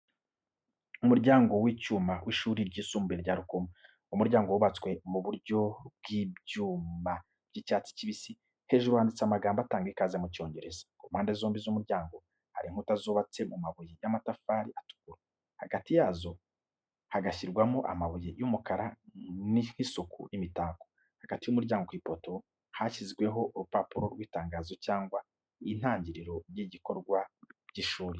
Umuryango w’icyuma w’ishuri ryisumbuye rya Rukomo. Umuryango wubatswe mu buryo bw’ibyuma by’icyatsi kibisi, hejuru handitse amagambo atanga ikaze mu Cyongereza. Ku mpande zombi z’umuryango hari inkuta zubatse mu mabuye y’amatafari atukura, hagati yazo hagashyirwamo amabuye y’umukara nk’isuku n’imitako, hagati y’umuryango ku ipoto, hashyizweho urupapuro rw’itangazo cyangwa itangiriro ry’ibikorwa by’ishuri.